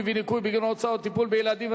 וניכוי בגין הוצאות טיפול בילדים),